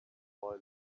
boy